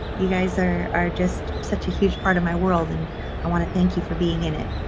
you guys are are just such a huge part of my world and i want to thank you for being in it.